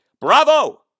Bravo